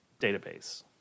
database